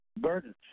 burdens